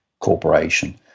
corporation